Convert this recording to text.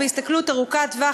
בהסתכלות ארוכת טווח,